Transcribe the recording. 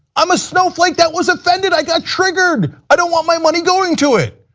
i'm a snowflake that was offended, i got triggered. i want my money going to it.